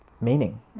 meaning